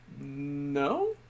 No